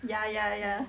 ya ya ya